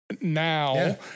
now